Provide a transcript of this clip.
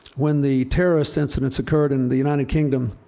when the terrorist incidents occurred in the united kingdom